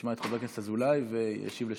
נשמע את חבר הכנסת אזולאי וישיב לשניהם.